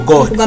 God